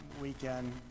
weekend